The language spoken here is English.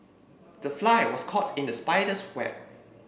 the fly was caught in the spider's web